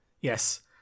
Yes